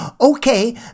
okay